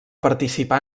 participar